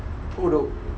bro